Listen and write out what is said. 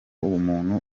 umuntu